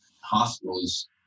Hospitals